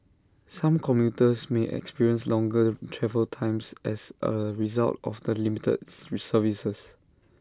some commuters may experience longer travel times as A result of the limited services